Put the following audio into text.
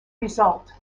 result